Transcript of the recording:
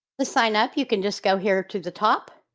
the sign up, you can just go here to the top.